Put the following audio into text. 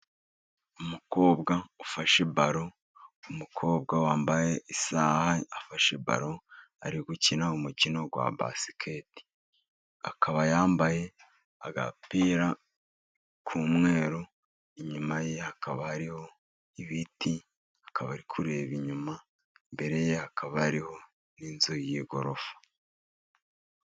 Umukobwa ufashe balo umukobwa wambaye isaha afashe balo ari gukina umukino wa basiketi. Akaba yambaye agapira k'umweru inyuma ye hakaba hariho ibiti akaba ari kureba inyuma, imbere ye hakaba hariho n'inzu y'igorofa.